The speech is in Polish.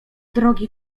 drogi